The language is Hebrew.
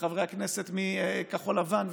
וחברי כנסת מכחול לבן,